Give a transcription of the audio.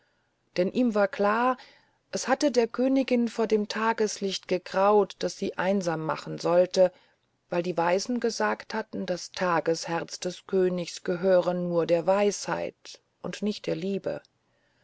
denn ihm war klar es hatte der königin vor dem tageslicht gegraut das sie einsam machen sollte weil die weisen gesagt hatten das tagesherz des königs gehöre nur der weisheit und nicht der liebe